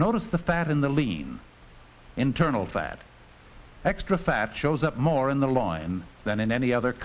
notice the fat in the lean internal that extra fat shows up more in the line than in any other